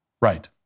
Right